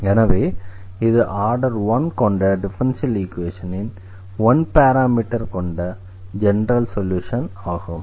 எனவே இது ஆர்டர் 1 கொண்ட டிஃபரன்ஷியல் ஈக்வேஷனின் 1 பாராமீட்டர் கொண்ட ஜெனரல் சொல்யூஷன் ஆகும்